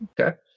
okay